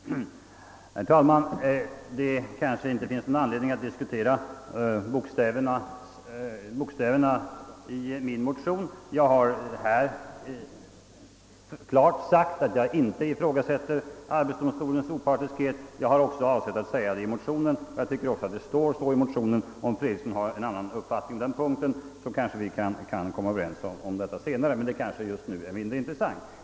Herr talman! Det kanske inte finns någon anledning att diskutera formuleringen i min motion. Jag har klart sagt att jag inte ifrågasätter arbetsdomstolens opartiskhet. Jag har också avsett att säga det i motionen, och jag tycker att det står så i motionen. Om herr Fredriksson har en annan uppfattning på den punkten kanske vi kan komma överens senare, men det är just nu mindre intressant.